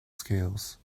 scales